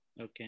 Okay